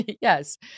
Yes